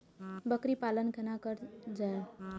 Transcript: बकरी पालन केना कर जाय?